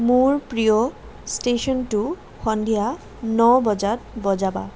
মোৰ প্ৰিয় ষ্টেশ্যনটো সন্ধিয়া ন বজাত বজাবা